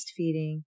breastfeeding